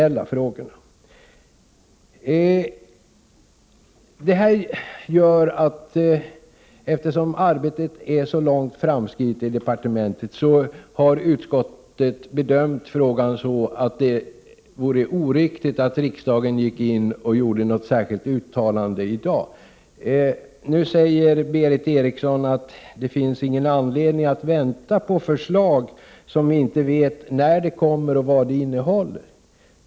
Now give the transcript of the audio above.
Eftersom arbetet med denna fråga i departementet är så långt framskridet har utskottet gjort den bedömningen att det vore oriktigt av riksdagen att i dag göra ett särskilt uttalande. Nu säger Berith Eriksson att det inte finns någon anledning att vänta på ett förslag som vi inte vet när det kommer och vad det innehåller.